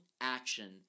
action